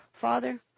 Father